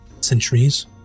centuries